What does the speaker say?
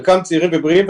חלקם צעירים ובריאים,